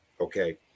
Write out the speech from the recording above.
Okay